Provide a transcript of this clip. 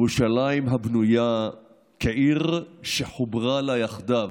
"ירושלַ‍ִם הבנויה כעיר שחֻברה לה יחדיו",